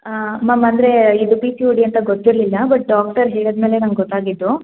ma'am ಅಂದರೆ ಇದು P C O D ಅಂತ ಗೊತ್ತಿರಲಿಲ್ಲ ಬಟ್ ಡಾಕ್ಟರ್ ಹೇಳಿದ ಮೇಲೆ ಗೊತ್ತಾಗಿದ್ದು